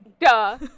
duh